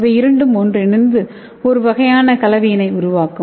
இவை இரண்டும் ஒன்றிணைந்து ஒரு வகையான கலவையினை உருவாக்கும்